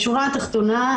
בשורה התחתונה,